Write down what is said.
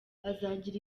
azagira